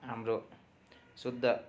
हाम्रो शुद्ध